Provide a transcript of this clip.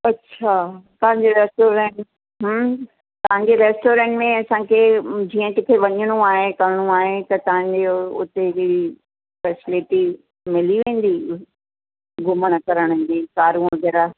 अच्छा तव्हांजो रेस्टोरेंट हम्म तव्हांजे रेस्टोरेंट में असांखे जीअं किथे वञिणो आहे करिणो आहे त तव्हांजे हुते जी फ़ेसिलिटी मिली वेंदी घुमण करण जी कारूं वग़ैरह